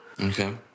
Okay